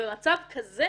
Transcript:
במצב כזה